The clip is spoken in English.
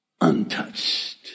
untouched